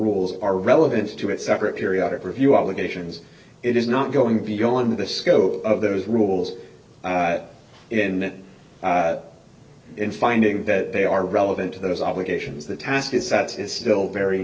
rules are relevant to a separate periodic review obligations it is not going beyond the scope of those rules and in finding that they are relevant to those obligations the task is that is still very